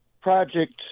Project